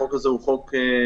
החוק הזה הוא חוק חשוב,